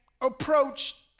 approach